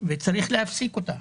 וצריך להפסיק אותה.